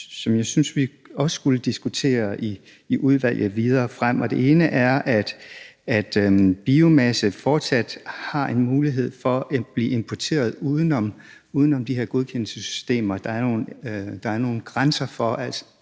som jeg synes at vi også skal diskutere i udvalget i det videre arbejde. Det ene er, at biomasse fortsat har en mulighed for at blive importeret uden om de her godkendelsessystemer. Der er nogle grænser,